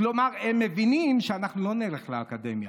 כלומר הם מבינים שאנחנו לא נלך לאקדמיה.